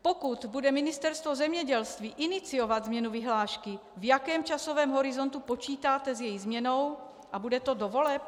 Pokud bude Ministerstvo zemědělství iniciovat změnu vyhlášky, v jakém časovém horizontu počítáte s jejich změnou a bude to do voleb?